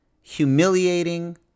humiliating